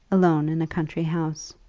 alone in a country house.